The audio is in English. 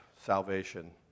salvation